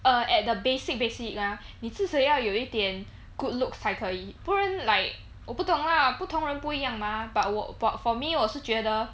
uh at the basic basic ya 你至少要有一点 good looks 才可以不然 like 我不懂 lah 不同人不一样 mah but 我 for me 我是觉得